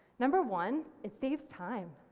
number one, it saves time.